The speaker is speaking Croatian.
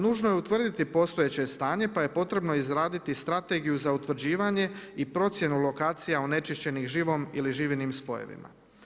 Nužno je utvrditi postojeće stanje pa je potrebno izraditi strategiju za utvrđivanje i procjenu lokacija onečišćenih živom ili živinim spojevima.